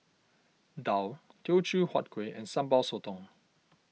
Daal Teochew Huat Kuih and Sambal Sotong